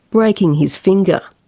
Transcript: breaking his finger.